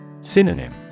Synonym